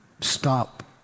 Stop